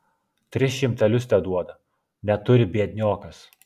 tris šimtelius teduoda neturi biedniokas